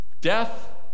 Death